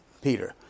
Peter